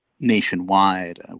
nationwide